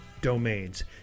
domains